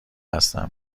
هستم